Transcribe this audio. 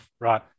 Right